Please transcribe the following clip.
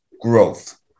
growth